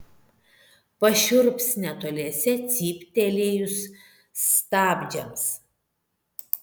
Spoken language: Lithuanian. pašiurps netoliese cyptelėjus stabdžiams